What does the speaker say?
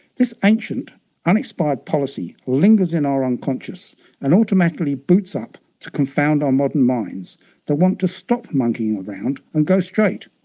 this ancient unexpired policy lingers in our unconscious and automatically boots up to confound our modern minds that want to stop monkeying around and go straight.